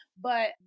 but-